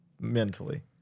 mentally